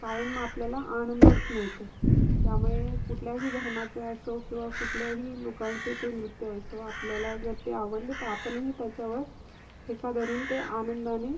कायम आपल्याला आनंदच मिळतो त्यामुळे कुठल्याही धर्माचे असो किंवा कुठल्याही लोकांचे ते नृत्य असो आपल्याला जर ते आवडले तर आपणही त्याच्यावर ठेका धरून ते आनंदाने